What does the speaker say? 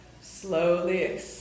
slowly